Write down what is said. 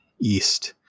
east